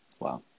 Wow